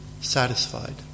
satisfied